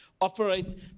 Operate